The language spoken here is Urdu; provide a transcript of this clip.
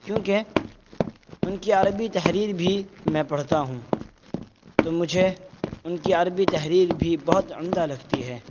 کیونکہ ان کی عربی تحریر بھی میں پڑھتا ہوں تو مجھے ان کی عربی تحریر بھی بہت عمدہ لگتی ہے